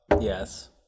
Yes